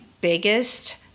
biggest